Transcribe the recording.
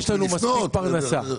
יש לנו מספיק פרנסה.